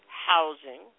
Housing